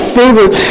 favorite